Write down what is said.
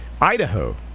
Idaho